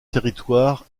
territoire